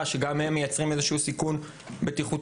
כזה אני צריכה לעשות לו איזשהו הליך של היתר?